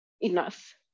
enough